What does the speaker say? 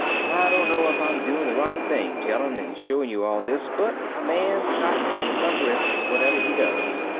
i don't know if i'm doing the right thing telling and showing you all this, but a man's got to take some risks whatever he does.